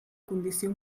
condició